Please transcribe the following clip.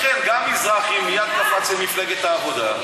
לכן גם מזרחי מייד קפץ למפלגת העבודה,